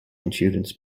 insurance